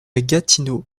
gatineau